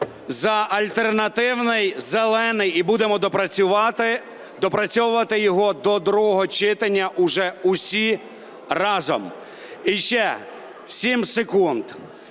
за альтернативний – зелений, і будемо доопрацьовувати його до другого читання вже всі разом. І ще 7 секунд.